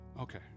Okay